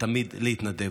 ותמיד להתנדב.